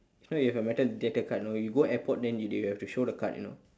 if not you have a metal detector card you know you go airport then you they will have to show the card you know